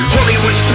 Hollywood